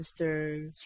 Mr